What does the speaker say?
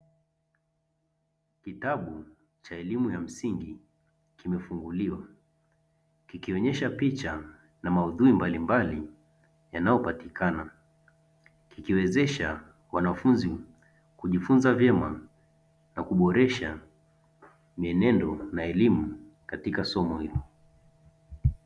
kitabu cha elimu ya msingi kimefunguliwa kikionyesha picha na maudhui mbalimbali yanayopatikana, kikiwezesha wanafunzi kujifunza vyema na kuboresha mienendo na elimu katika somo hilo.